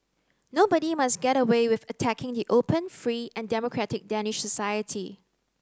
nobody must get away with attacking the open free and democratic Danish society